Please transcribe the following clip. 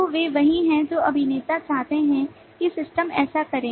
तो ये वही हैं जो अभिनेता चाहते हैं कि सिस्टम ऐसा करे